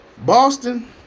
Boston